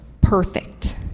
Perfect